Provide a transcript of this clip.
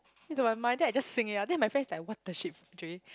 into my mind then I just sing it out then my friend is like what the shit Jay